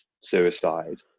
suicide